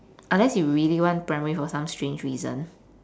unless if you really want primary for some strange reason